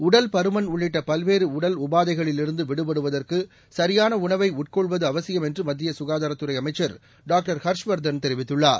உடல் பருமன் உள்ளிட்ட பல்வேறு உடல் உபாதைகளிலிருந்து விடுபடுவதற்கு சரியான உணவை உட்கொள்வது அவசியம் என்று மத்திய ககாதாரத்துறை அமைச்சர் டாக்டர் ஹர்ஷ்வர்தன் தெரிவித்துள்ளார்